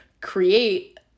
create